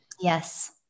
Yes